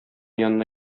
янына